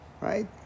right